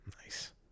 Nice